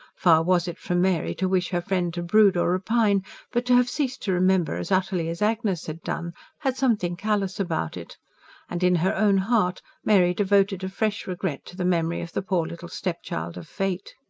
far was it from mary to wish her friend to brood or repine but to have ceased to remember as utterly as agnes had done had something callous about it and, in her own heart, mary devoted a fresh regret to the memory of the poor little stepchild of fate.